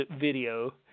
Video